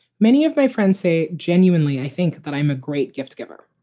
many of my friends say genuinely, i think that i am a great gift giver.